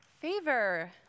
Favor